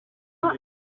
bantu